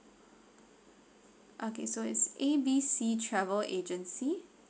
okay so it's A B C travel agency